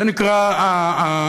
זה נקרא החיב"סים,